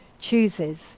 chooses